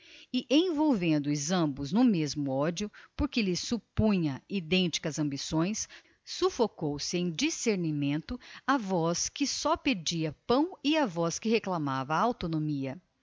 e envolvendo os ambos no mesmo odio porque lhes suppunha identicas ambições suffocou sem discernimento a voz que só pedia pão e a voz que reclamava autonomia